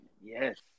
yes